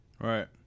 Right